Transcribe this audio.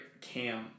cam